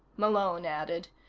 malone added.